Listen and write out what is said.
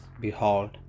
Behold